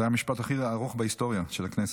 זה היה המשפט הכי ארוך בהיסטוריה של הכנסת.